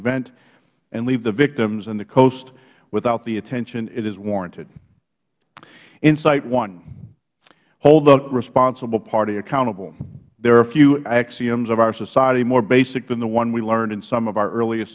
event and leave the victims and the coast without the attention it is warranted insight one hold the responsible party accountable there are few axioms of our society more basic than the one we learned in some of our earliest